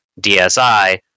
DSi